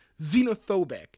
xenophobic